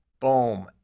Boom